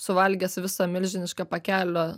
suvalgęs visą milžinišką pakelį